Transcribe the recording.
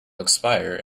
expire